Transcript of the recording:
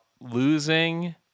losing